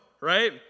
right